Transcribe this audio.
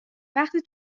وقتی